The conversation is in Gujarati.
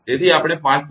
તેથી આપણે 5